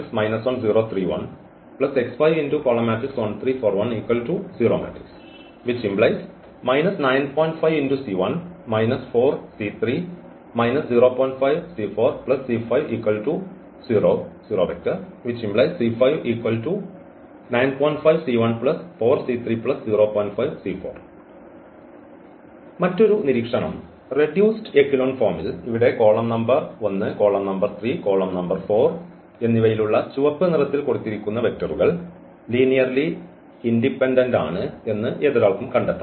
മറ്റൊരു നിരീക്ഷണം reduced echelon ഫോമിൽ ഇവിടെ column number 1 column number 3 column number 4 എന്നിവയിലുള്ള ചുവപ്പ് നിറത്തിൽ കൊടുത്തിരിക്കുന്ന വെക്ടർകൾ ലീനിയർലി ഇൻഡിപെൻഡന്റ് ആണ് എന്ന് ഏതൊരാൾക്കും കണ്ടെത്താം